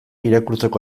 irakurtzeko